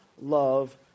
love